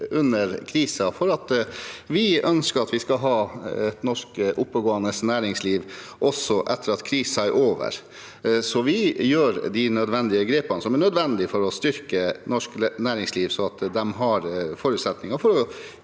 vi ønsker at vi skal ha et norsk oppegående næringsliv også etter at krisen er over. Vi gjør de grepene som er nødvendig for å styrke norsk næringsliv, slik at man har forutsetning for å